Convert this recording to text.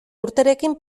urterekin